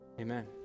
amen